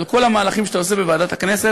על כל המהלכים שאתה עושה בוועדת הכנסת.